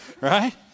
right